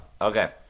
Okay